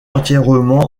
entièrement